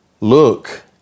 Look